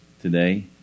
today